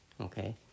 Okay